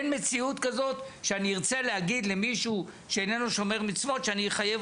אין מציאות כזאת שאני ארצה להגיד למישהו שאיננו שומר מצוות שאני אחייב